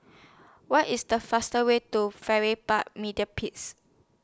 What IS The fastest Way to Farrer Park Mediplex